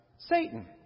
Satan